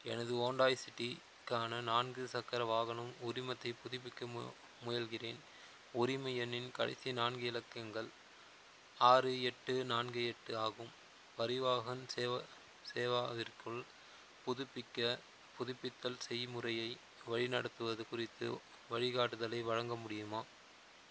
எனது ஹோண்டாய் சிட்டிக்கான நான்கு சக்கர வாகனம் உரிமத்தை புதுப்பிக்க மு முயல்கிறேன் உரிமை எண்ணின் கடைசி நான்கு இலக்கங்கள் ஆறு எட்டு நான்கு எட்டு ஆகும் பரிவாஹன் சேவ சேவாவிற்குள் புதுப்பிக்க புதுப்பித்தல் செய்முறையை வழிநடத்துவது குறித்து வழிகாட்டுதலை வழங்க முடியுமா